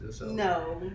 No